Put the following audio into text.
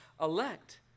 elect